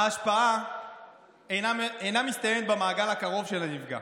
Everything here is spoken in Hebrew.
ההשפעה אינה מסתיימת במעגל הקרוב של הנפגע,